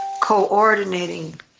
coordinating